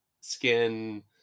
skin